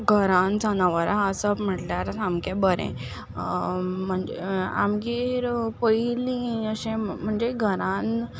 घरांत जनावरां आसप म्हणल्यार सामकें बरें आमगेर पयलीं अशें म्हणजे घरांत